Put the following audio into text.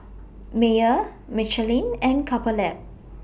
Mayer Michelin and Couple Lab